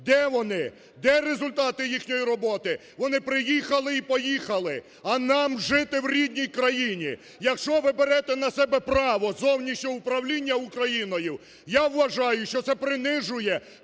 Де вони? Де результати їхньої роботи? Вони приїхали і поїхали, а нам жити в рідній країні. Якщо ви берете на себе право зовнішнього управління Україною, я вважаю, що це принижує